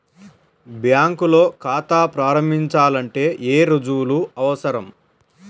బ్యాంకులో ఖాతా ప్రారంభించాలంటే ఏ రుజువులు అవసరం?